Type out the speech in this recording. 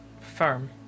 Firm